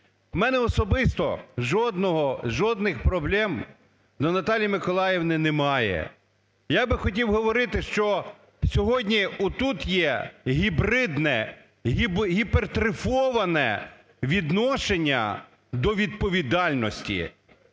В мене особисто жодного… жодних проблем до Наталії Миколаївни немає. Я би хотів говорити, що сьогодні отут є гібридне, гіпертрофоване відношення до відповідальності.